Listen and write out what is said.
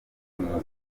n’uwo